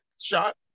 shot